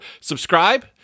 subscribe